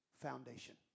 foundation